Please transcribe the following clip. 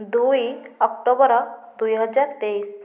ଦୁଇ ଅକ୍ଟୋବର ଦୁଇ ହଜାର ତେଇଶ